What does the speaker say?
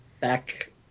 back